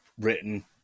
written